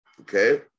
okay